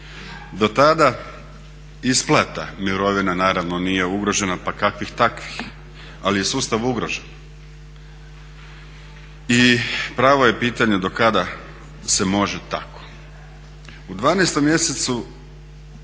Do tada isplata mirovina naravno nije ugrožena pa kakvih takvih, ali je sustav ugrožen. I pravo je pitanje do kada se može tako. U 12. mjesecu